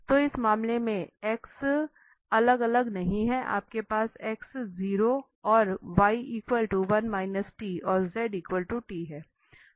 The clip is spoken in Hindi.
तो इस मामले में x अलग अलग नहीं है आपके पास x 0 और y 1 t और z t है